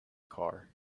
car